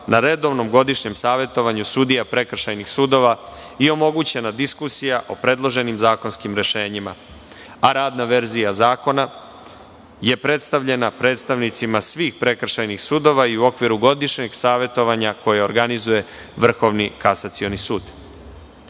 na redovnom godišnjem savetovanju sudija prekršajnih sudova i omogućena je diskusija o predloženim zakonskim rešenjima, a radna verzija zakona je predstavljena predstavnicima svih prekršajnih sudova i u okviru godišnjeg savetovanja koje organizuje Vrhovni kasacioni